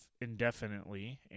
indefinitely